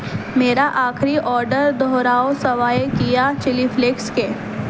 میرا آخری آڈر دوہراؤ سوائے کیا چلی فلیکس کے